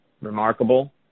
remarkable